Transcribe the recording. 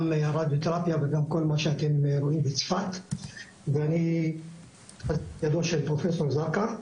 גם רדיותרפיה וגם כל מה שאתם רואים בצפת ואני מדור של פרופסור זרקא,